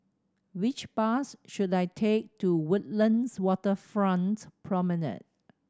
which bus should I take to Woodlands Waterfront Promenade